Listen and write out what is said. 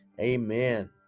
Amen